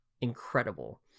incredible